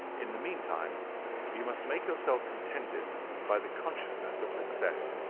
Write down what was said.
in the meantime you must make yourself contented by the consciousness of success,